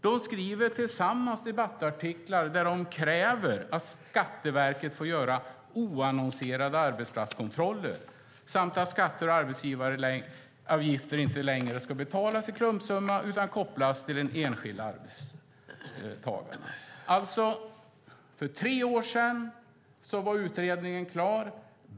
De skriver tillsammans debattartiklar där de kräver att Skatteverket får göra oannonserade arbetsplatskontroller samt att skatter och arbetsgivaravgifter inte längre ska betalas i klumpsumma utan kopplas till den enskilda arbetstagaren. För tre år sedan var alltså utredningen klar.